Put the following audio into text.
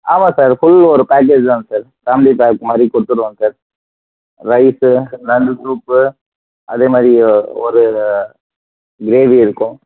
ஆமாம் sir full ஒரு package தான் சார் ஃபேமிலி பேக் மாதிரி கொடுத்துடுவோம் சார் ரைஸு நண்டு சூப்பு அதே மாதிரி ஒரு கிரேவி இருக்கும்